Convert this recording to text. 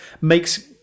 makes